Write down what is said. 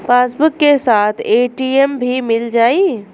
Passbook के साथ ATM भी मील जाई?